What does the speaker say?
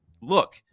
look